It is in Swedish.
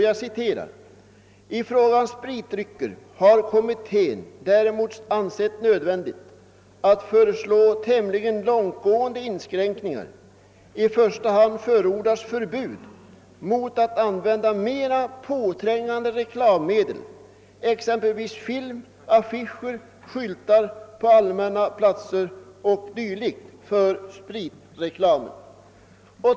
Jag citerar: »I fråga om spritdrycker har kommittén däremot ansett nödvändigt att föreslå tämligen långtgående inskränkningar. I första hand förordas förbud mot att använda mera påträngande reklammedel, exempelvis film, affischer, skyltar på allmänna platser o.dyl. för spritreklamen».